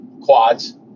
quads